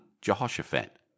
Jehoshaphat